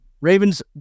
Ravens